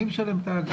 מי משלם את האגרה?